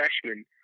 freshman